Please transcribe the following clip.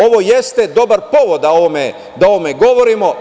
Ovo jeste dobar povod da o ovome govorimo.